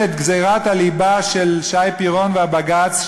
את גזירת הליבה של שי פירון והבג"ץ,